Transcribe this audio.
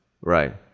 right